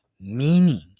Meaning